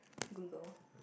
Google